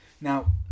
now